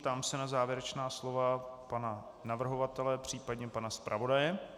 Ptám se na závěrečná slova pana navrhovatele, případně pana zpravodaje.